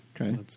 Okay